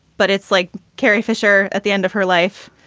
but it's like carrie fisher at the end of her life,